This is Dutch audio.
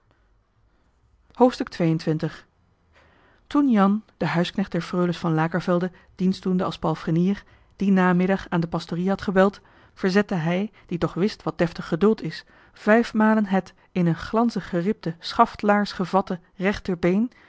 hoofdstuk toen jan de huisknecht der freules van lakervelde dienst doende als palfrenier dien namiddag aan de pastorie had gebeld verzette hij die toch wist wat deftig geduld is vijf malen het in een glanzig geribde schaftlaars gevatte rechterbeen